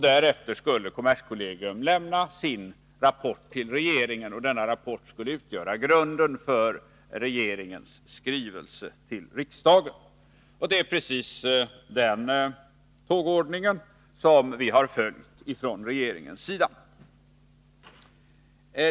Därefter skulle kommerskollegium lämna sin rapport till regeringen, och denna rapport skulle utgöra grunden för regeringens skrivelse till riksdagen. Det är precis den ordning som vi har följt från regeringens sida.